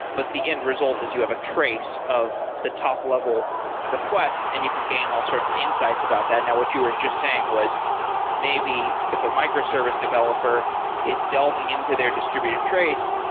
but the end result is you have a trace of the top-level request and you can gain all sorts of insights about that now what you were just saying was maybe if a microservice developer is delving into their distributed trace,